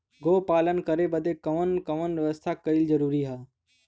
गोपालन करे बदे कवन कवन व्यवस्था कइल जरूरी ह?